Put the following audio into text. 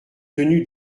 tenu